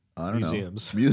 museums